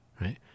right